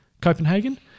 Copenhagen